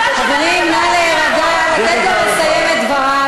חברים, נא להירגע, לתת לו לסיים את דבריו.